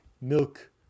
milk